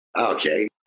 Okay